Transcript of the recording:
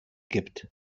gibt